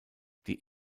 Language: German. die